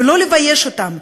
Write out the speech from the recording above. ולא לבייש אותם,